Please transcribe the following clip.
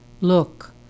Look